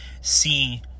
see